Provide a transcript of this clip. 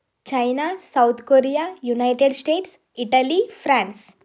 China South Korea United States Italy France